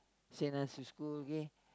send us to school okay